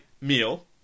meal